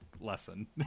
lesson